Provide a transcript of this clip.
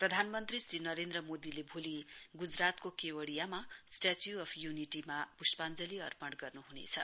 प्रधानमन्त्री श्री नरेन्द्र मोदीले भोलि गुजरातको केवडियामा स्टेचू अफ यूनिटी मा पुष्पाञ्जली अर्पण गर्नुहुनेछ